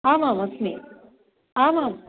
आमाम् अस्मि आमां